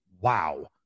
wow